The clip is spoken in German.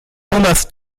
machst